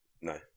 No